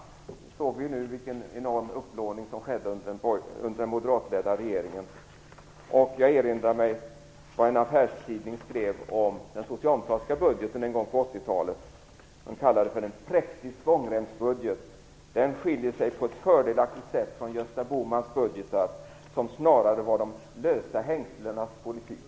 Vi såg nu vilken enorm upplåning som skedde under den moderatledda regeringen. Jag erinrar om vad en affärstidning skrev om den socialdemokratiska budgeten någon gång på 80-talet. Den kallades för en präktig svångremsbudget som på ett fördelaktigt sätt skiljer sig från Gösta Bohmans budgetar som snarare var de lösa hängslenas politik.